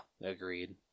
agreed